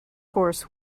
course